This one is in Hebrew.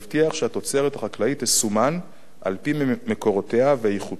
תסומן על-פי מקורותיה ואיכותה ומחירה